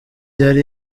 yari